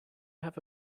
have